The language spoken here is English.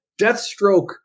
Deathstroke